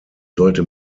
sollte